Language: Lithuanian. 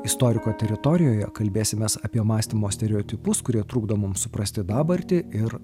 istoriko teritorijoje kalbėsimės apie mąstymo stereotipus kurie trukdo mums suprasti dabartį ir